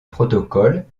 protocole